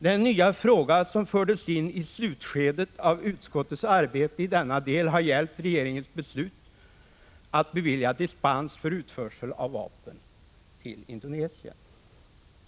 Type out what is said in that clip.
Den nya fråga som fördes in i slutskedet av utskottets arbete i denna del har gällt regeringens beslut att bevilja dispens för utförsel av vapen till Indonesien.